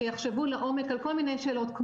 שיחשבו לעומק על כל מיני שאלות,